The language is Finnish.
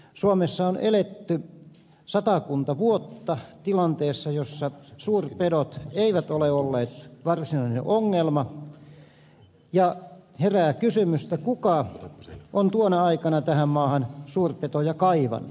suomessa on eletty satakunta vuotta tilanteessa jossa suurpedot eivät ole olleet varsinainen ongelma ja herää kysymys kuka on tuona aikana tähän maahan suurpetoja kaivannut